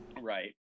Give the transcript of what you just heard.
Right